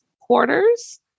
quarters